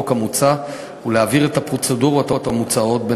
המוצע ולהבהיר את הפרוצדורות המוצעות,